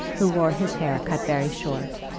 who wore his hair cut very short,